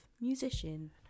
musician